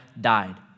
died